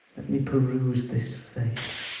me peruse this face